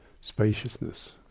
spaciousness